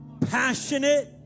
passionate